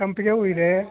ಸಂಪಿಗೆ ಹೂವು ಇದೆ